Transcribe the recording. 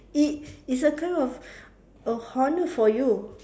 it it's a kind of a honour for you